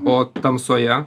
o tamsoje